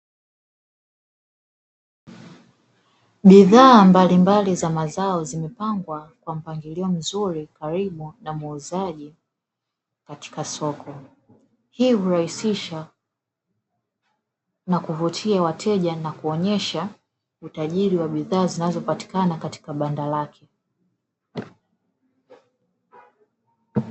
Bidhaa mbalimbali za mazao zimepangwa kwa mpangilio mzuri karibu na muuzaji katika soko, hii hurahisisha na kuvutia wateja na kuonyesha utajiri wa bidhaa zinazopatikana katika banda lake.